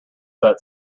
that